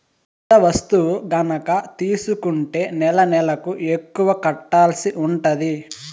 పెద్ద వస్తువు గనక తీసుకుంటే నెలనెలకు ఎక్కువ కట్టాల్సి ఉంటది